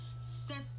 set